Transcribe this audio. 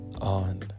on